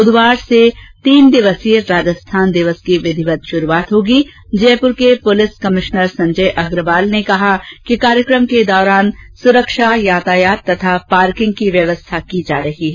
बुधवार से तीन दिवसीय राजस्थान दिवस की विधिवत शुरूआत होगी जयपुर के पुलिस कमिश्नर संजय अग्रवाल ने कहा कि कार्यक्रम के दौरान सुरक्षा यातायात तथा पार्किंग की व्यवस्था की जा रही है